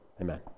amen